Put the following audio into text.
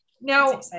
Now